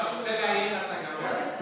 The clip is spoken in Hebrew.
אני רוצה להעיר לתקנון,